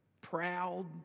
Proud